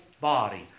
body